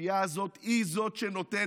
הכפייה הזאת היא שנותנת